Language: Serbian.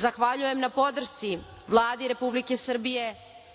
Zahvaljujem na podršci Vladi Republike Srbije